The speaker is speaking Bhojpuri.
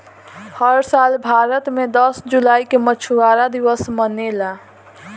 हर साल भारत मे दस जुलाई के मछुआरा दिवस मनेला